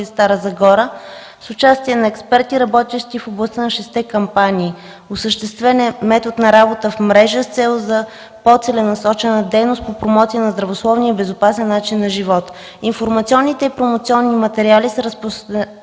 и Стара Загора с участие на експерти и работещи в областта на шестте кампании. Осъществен е метод на работа в мрежа, с цел по-целенасочена дейност по промоция на здравословния и безопасен начин на живот. Информационните и промоционни материали са разпространени